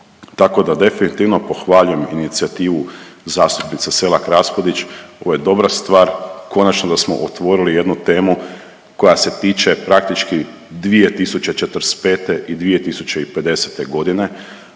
Tako da definitivno pohvaljujem inicijativu zastupnice Selak Raspudić, ovo je dobra stvar. Konačno da smo otvorili jednu temu koja se tiče praktički 2045. i 2050.g.,